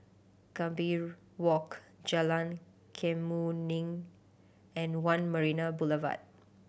Gambir Walk Jalan Kemuning and One Marina Boulevard